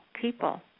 people